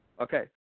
okay